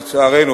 לצערנו,